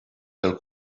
pel